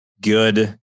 good